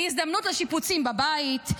מהזדמנות לשיפוצים בבית,